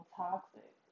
toxic